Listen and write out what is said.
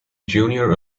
junior